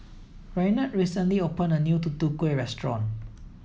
Reynold recently opened a new Tutu Kueh restaurant